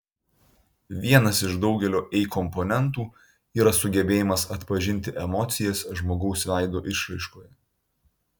vienas iš daugelio ei komponentų yra sugebėjimas atpažinti emocijas žmogaus veido išraiškoje